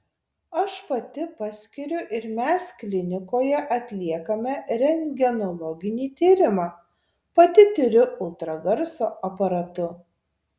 aš pati paskiriu ir mes klinikoje atliekame rentgenologinį tyrimą pati tiriu ultragarso aparatu